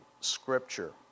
scripture